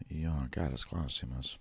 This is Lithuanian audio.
jo geras klausimas